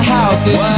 houses